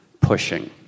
pushing